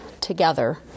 together